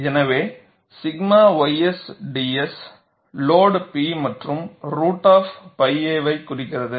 எனவே 𝛔 ys ds load P மற்றும் root of pi a வை குறிக்கிறது